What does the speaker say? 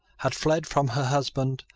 had fled from her husband,